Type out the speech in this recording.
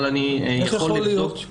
אבל אני יכול לבדוק.